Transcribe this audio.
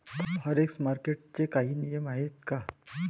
Forex मार्केटचे काही नियम आहेत का?